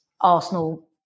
Arsenal